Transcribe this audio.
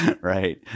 right